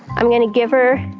i'm going to give her